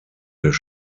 des